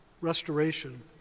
restoration